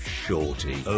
shorty